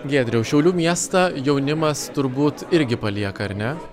giedriau šiaulių miesto jaunimas turbūt irgi palieka ar ne